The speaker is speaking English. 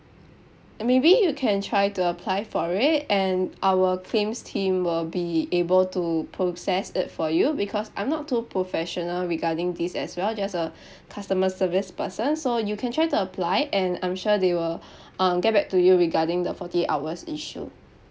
maybe you can try to apply for it and our claims team will be able to process it for you because I'm not too professional regarding this as well just a customer service person so you can try to apply and I'm sure they will um get back to you regarding the forty eight hours issue